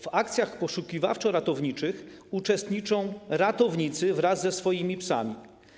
W akcjach poszukiwawczo-ratowniczych uczestniczą ratownicy wraz ze swoimi psami.